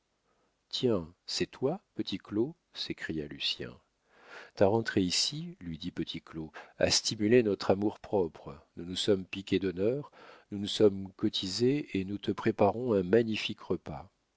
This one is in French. tiens c'est toi petit claud s'écria lucien ta rentrée ici lui dit petit claud a stimulé notre amour-propre nous nous sommes piqués d'honneur nous nous sommes cotisés et nous te préparons un magnifique repas